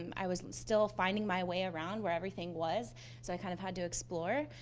um i was still find ing my way around where everything was so i kind of had to explore.